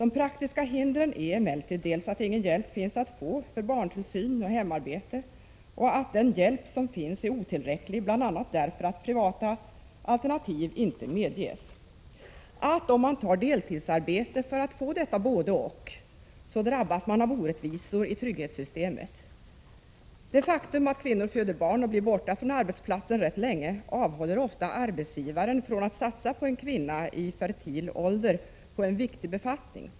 De praktiska hindren är emellertid dels att oftast ingen hjälp finns 20 november 1986 att få för barntillsyn och hemarbete, dels att den hjälp som eventuellt finns är = Ja daga otillräcklig, bl.a. därför att privata alternativ inte medges. Om man tar deltidsarbete för att få detta både-och, så drabbas man av orättvisor i trygghetssystemet. Det faktum att kvinnor föder barn och blir borta från arbetsplatsen rätt länge avhåller ofta arbetsgivaren från att satsa på en kvinna i fertil ålder för en viktig befattning.